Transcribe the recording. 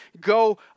go